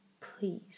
Please